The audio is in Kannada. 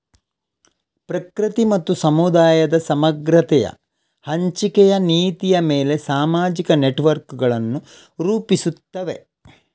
ಪ್ರಕೃತಿ ಮತ್ತು ಸಮುದಾಯದ ಸಮಗ್ರತೆಯ ಹಂಚಿಕೆಯ ನೀತಿಯ ಮೇಲೆ ಸಾಮಾಜಿಕ ನೆಟ್ವರ್ಕುಗಳನ್ನು ರೂಪಿಸುತ್ತವೆ